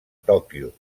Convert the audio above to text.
tòquio